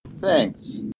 Thanks